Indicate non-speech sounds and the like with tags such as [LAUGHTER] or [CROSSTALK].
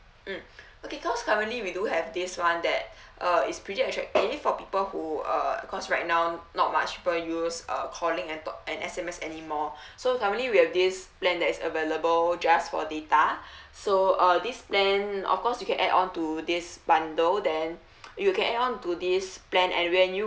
mm okay cause currently we do have this one that uh is pretty attractive for people who uh cause right now not much people use uh calling and talk and S_M_S anymore [BREATH] so currently we have this plan that is available just for data [BREATH] so uh this plan of course you can add on to this bundle then you can add on to this plan and when you